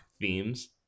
themes